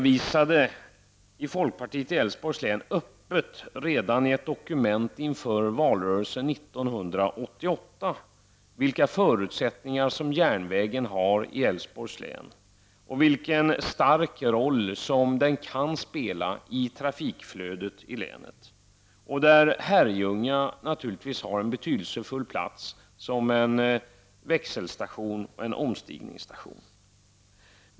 Vi folkpartister i Älvsborgs län redovisade öppet redan i ett dokument inför valrörelsen 1988 vilka förutsättningar som järnvägen har i Älvsborgs län och vilken stor roll som den skulle kunna spela i trafikflödet. Där har naturligtvis Herrljunga en betydelsefull plats som en växeloch omstigningsstation.